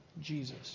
Jesus